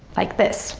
like this